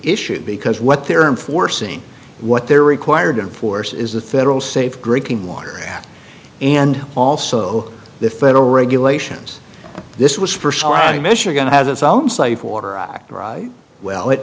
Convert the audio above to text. issue because what they're enforcing what they're required in force is the federal safe drinking water and also the federal regulations this was for sorry michigan has its own safe water act well it